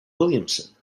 williamson